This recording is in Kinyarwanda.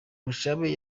mushabe